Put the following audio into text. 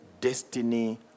destiny